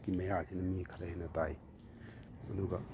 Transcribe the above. ꯀꯤ ꯃꯌꯥꯁꯤꯅ ꯃꯤ ꯈꯔ ꯍꯦꯟꯅ ꯇꯥꯏ ꯑꯗꯨꯒ